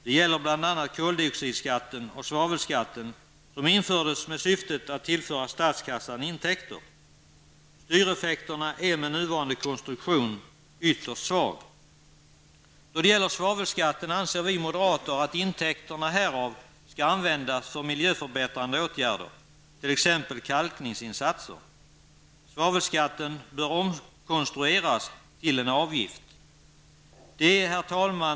Det gäller bl.a. Styreffekten är med nuvarande konstruktion ytterst svag. Då det gäller svavelskatten anser vi moderater att intäkerna härav skall användas för miljöförbättrande åtgärder, t.ex. kalkningsinsatser. Svavelskatten bör omkonstrueras till en avgift. Herr talman!